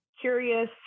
curious